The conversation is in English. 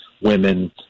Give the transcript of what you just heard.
women